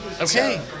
Okay